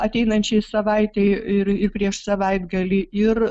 ateinančiai savaitei ir ir prieš savaitgalį ir